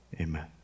Amen